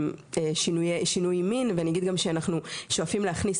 והליכים לשינוי מין ואני אגיד גם שאנחנו שואפים להכניס